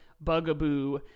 bugaboo